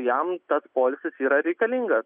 jam tas poilsis yra reikalingas